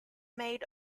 made